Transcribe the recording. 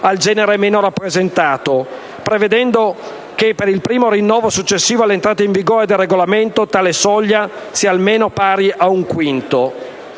al genere meno rappresentato, stabilendo che per il primo rinnovo successivo all'entrata in vigore del regolamento tale soglia sia almeno pari ad un quinto;